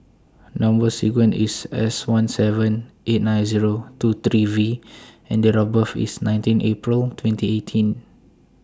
Number sequence IS S one seven eight nine Zero two three V and Date of birth IS nineteen April twenty eighteen